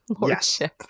lordship